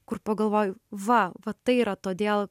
kur pagalvoju va va tai yra todėl